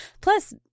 Plus